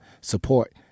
support